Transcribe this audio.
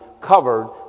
covered